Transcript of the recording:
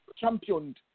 championed